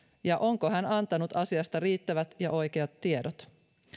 ja onko hän antanut asiasta riittävät ja oikeat tiedot